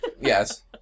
Yes